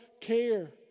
care